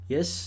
Yes